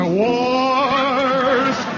wars